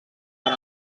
per